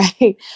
right